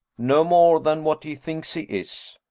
no more than what he thinks he is.